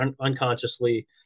unconsciously